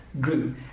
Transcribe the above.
grew